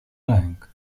lęk